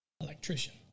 electrician